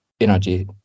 energy